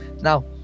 now